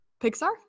Pixar